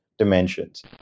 dimensions